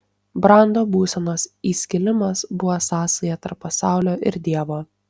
brando būsenos įskilimas buvo sąsaja tarp pasaulio ir dievo